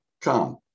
come